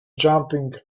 jumping